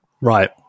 right